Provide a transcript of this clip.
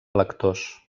lectors